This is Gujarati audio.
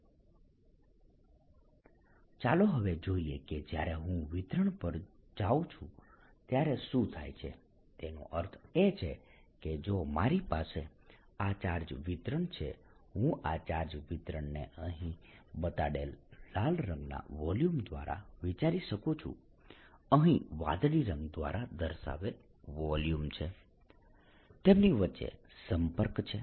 EW14π0i1 NjiNQi Qjri j14π012i1 Nji i≠j NQi Qjri j ચાલો હવે જોઈએ કે જ્યારે હું વિતરણ પર જાઉં ત્યારે શું થાય છે તેનો અર્થ એ છે કે જો મારી પાસે આ ચાર્જ વિતરણ છે હું આ ચાર્જ વિતરણને અહીં બતાડેલ લાલ રંગના વોલ્યુમ દ્વારા વિચારી શકું છું અહીં વાદળી રંગ દ્વારા દર્શાવેલ વોલ્યુમ છે તેમની વચ્ચે સંપર્ક છે